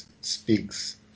speaks